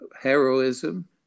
heroism